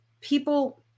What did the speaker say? people